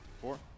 four